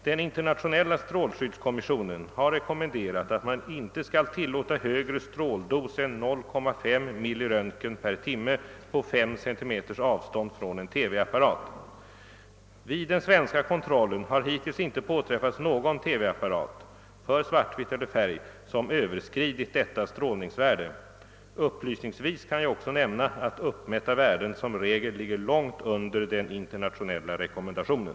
Den internationella strålskyddskommissionen har rekommenderat att man inte skall tillåta högre stråldos än 0,5 milliröntgen per timme på 5 cm avstånd från en TV-apparat. Vid den svenska kontrollen har hittills inte påträffats någon TV-apparat — för svartvitt eller färg — som överskridit detta strålningsvärde. Upplysningsvis kan jag också nämna att uppmätta värden som regel ligger långt under den internationella rekommendationen.